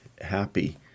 happy